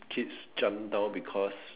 kids jump down because